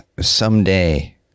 someday